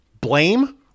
blame